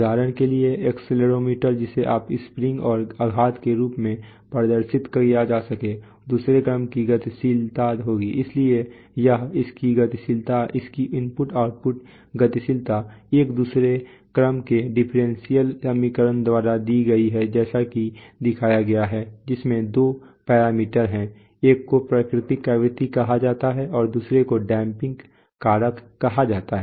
उदाहरण के लिए एक्सेलेरोमीटर जिसे मास स्प्रिंग और आघात के रूप में प्रदर्शित किया जा सके दूसरे क्रम की गतिशीलता होगी इसलिए यह इसकी गतिशीलता इसकी इनपुट आउटपुट गतिशीलता एक दूसरे क्रम के डिफरेंशियल समीकरण द्वारा दी गई है जैसा कि दिखाया गया है जिसमें दो पैरामीटर हैं एक को प्राकृतिक आवृत्ति कहा जाता है और दूसरे को डैमपिंग कारक कहा जाता है